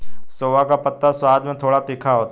सोआ का पत्ता स्वाद में थोड़ा तीखा होता है